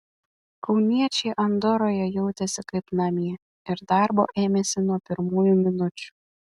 kauniečiai andoroje jautėsi kaip namie ir darbo ėmėsi nuo pirmųjų minučių